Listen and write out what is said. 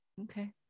Okay